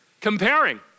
Comparing